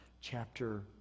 chapter